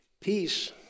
Peace